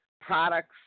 products